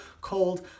called